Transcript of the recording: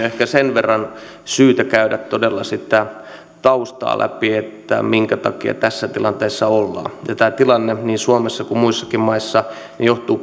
ehkä sen verran syytä käydä todella sitä taustaa läpi minkä takia tässä tilanteessa ollaan tämä tilanne niin suomessa kuin muissakin maissa johtuu